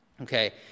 Okay